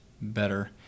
better